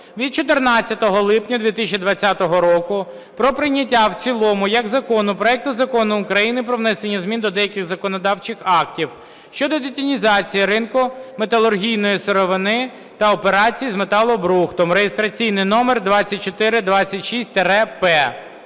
від 14 липня 2020 року про прийняття в цілому як закону проект Закону України про внесення змін до деяких законодавчих актів (щодо детінізації ринку металургійної сировини та операцій з металобрухтом) (реєстраційний номер 2426-П).